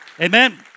Amen